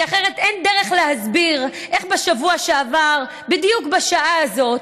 כי אחרת אין דרך להסביר איך בשבוע שעבר בדיוק בשעה הזאת,